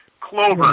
clover